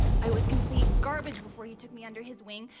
i was complete garbage before he took me under his wing.